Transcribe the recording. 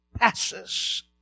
passes